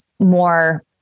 more